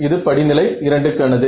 இது படிநிலை 2 க்கானது